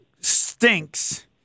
stinks